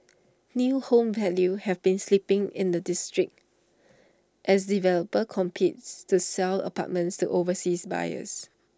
new home values have been slipping in the district as developers competes to sell apartments to overseas buyers